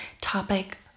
topic